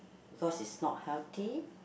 because it's not healthy